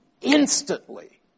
instantly